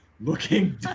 looking